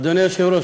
אדוני היושב-ראש,